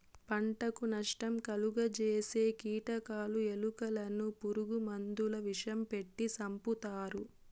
పంటకు నష్టం కలుగ జేసే కీటకాలు, ఎలుకలను పురుగు మందుల విషం పెట్టి సంపుతారు